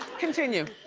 continue.